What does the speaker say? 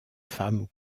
femme